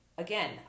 Again